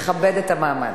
לכבד את המעמד.